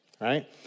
Right